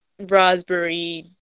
raspberry